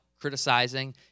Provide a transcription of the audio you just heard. criticizing